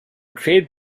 trade